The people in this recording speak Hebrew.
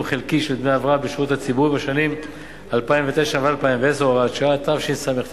חלקי של דמי הבראה בשירות הציבורי בשנים 2009 ו-2010 (הוראת שעה),